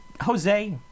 Jose